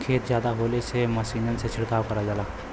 खेत जादा होले से मसीनी से छिड़काव करल जाला